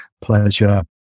pleasure